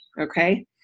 Okay